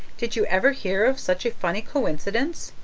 did you ever hear of such a funny coincidence?